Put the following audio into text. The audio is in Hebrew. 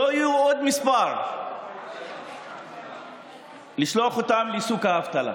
לא יהיו עוד מספר ונשלח אותם לשוק האבטלה?